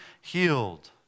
healed